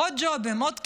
עוד ג'ובים, עוד כסף,